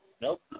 Nope